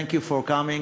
thank you for coming,